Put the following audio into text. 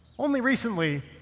only recently,